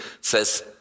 says